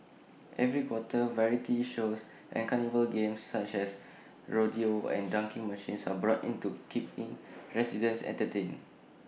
every quarter variety shows and carnival games such as rodeo and dunking machines are brought in to keep in residents entertained